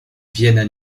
viennent